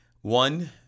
One